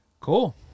cool